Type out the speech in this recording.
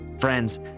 Friends